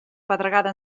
pedregada